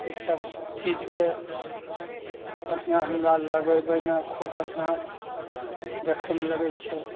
ई सभ चीजके बढ़िआँ हमरा लगेबैमे खूब बढ़िआँ देखैमे लगै छै